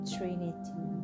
Trinity